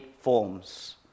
forms